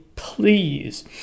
please